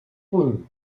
puny